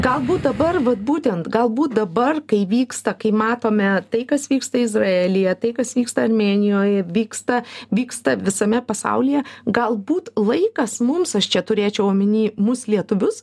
galbūt dabar vat būtent galbūt dabar kai vyksta kai matome tai kas vyksta izraelyje tai kas vyksta armėnijoj vyksta vyksta visame pasaulyje galbūt laikas mums aš čia turėčiau omeny mus lietuvius